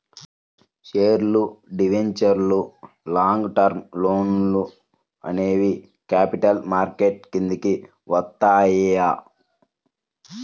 షేర్లు, డిబెంచర్లు, long term లోన్లు అనేవి క్యాపిటల్ మార్కెట్ కిందికి వత్తయ్యి